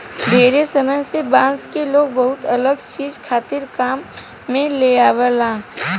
ढेरे समय से बांस के लोग बहुते अलग चीज खातिर काम में लेआवेला